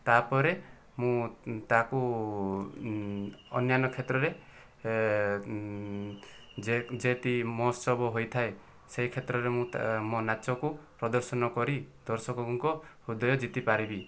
ତା'ପରେ ମୁଁ ତାକୁ ଅନ୍ୟାନ୍ୟ କ୍ଷେତ୍ରରେ ଯେ ଯେଉଁଠି ମହୋତ୍ସବ ହୋଇଥାଏ ସେହି କ୍ଷେତ୍ରରେ ମୁଁ ତା ମୋ ନାଚକୁ ପ୍ରଦର୍ଶନ କରି ଦର୍ଶକଙ୍କ ହୃଦୟ ଜିତିପାରିବି